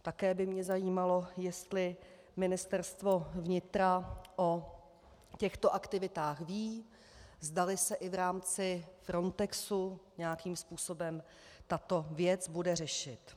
Také by mě zajímalo, jestli Ministerstvo vnitra o těchto aktivitách ví, zdali se i v rámci Frontexu nějakým způsobem tato věc bude řešit.